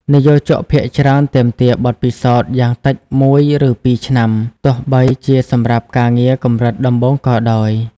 និយោជកភាគច្រើនទាមទារបទពិសោធន៍យ៉ាងតិចមួយ ឬពីរឆ្នាំ ទោះបីជាសម្រាប់ការងារកម្រិតដំបូងក៏ដោយ។